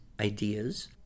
ideas